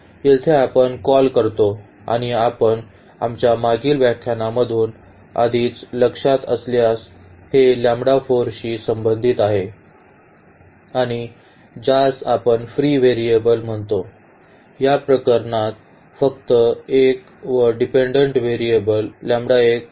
तर येथे आपण कॉल करतो आणि आपण आमच्या मागील व्याख्यानांमधून आधीच लक्षात असल्यास हे शी संबंधित आहे आणि ज्यास आपण फ्री व्हेरिएबल्स म्हणतो या प्रकरणात फक्त एक व डिपेन्डेन्ट व्हेरिएबल आहेत